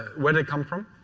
where did it come from?